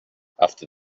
after